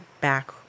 back